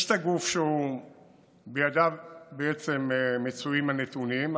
יש את הגוף שבידיו מצויים הנתונים,